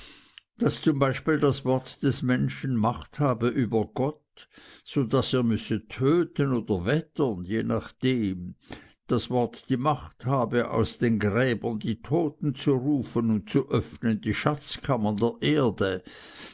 daß zum beispiel das wort des menschen macht habe über gott so daß er müsse töten oder wettern je nachdem das wort die macht habe aus den gräbern die toten zu rufen und zu öffnen die schatzkammern der erde